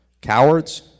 Cowards